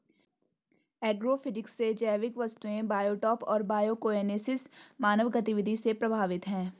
agrophysics से जैविक वस्तुएं बायोटॉप और बायोकोएनोसिस मानव गतिविधि से प्रभावित हैं